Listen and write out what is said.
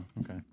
okay